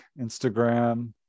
Instagram